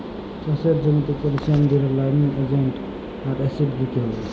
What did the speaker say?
চাষের জ্যামিতে ক্যালসিয়াম দিইলে লাইমিং এজেন্ট আর অ্যাসিড দিতে হ্যয়